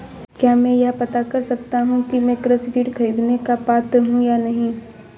क्या मैं यह पता कर सकता हूँ कि मैं कृषि ऋण ख़रीदने का पात्र हूँ या नहीं?